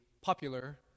popular